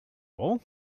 all